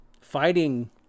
fighting